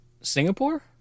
Singapore